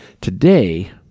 Today